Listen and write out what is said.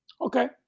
Okay